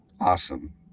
Awesome